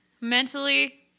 mentally